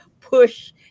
push